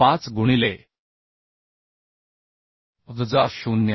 5 गुणिले वजा 0